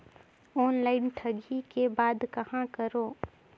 Online ठगी के बाद कहां करों?